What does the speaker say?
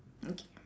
okay